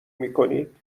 میکنید